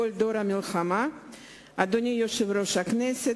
כל דור המלחמה, אדוני יושב-ראש הכנסת,